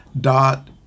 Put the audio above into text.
dot